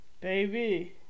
Baby